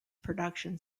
production